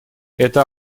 это